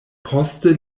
poste